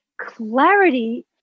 Clarity